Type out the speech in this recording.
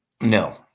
no